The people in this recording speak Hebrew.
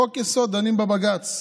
חוק-יסוד, דנים בבג"ץ.